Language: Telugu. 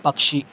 పక్షి